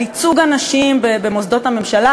על ייצוג הנשים במוסדות הממשלה,